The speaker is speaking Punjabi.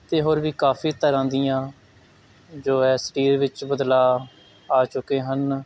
ਅਤੇ ਹੋਰ ਵੀ ਕਾਫੀ ਤਰ੍ਹਾਂ ਦੀਆਂ ਜੋ ਹੈ ਸਰੀਰ ਵਿੱਚ ਬਦਲਾਅ ਆ ਚੁੱਕੇ ਹਨ